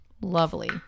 Lovely